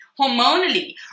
hormonally